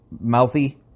mouthy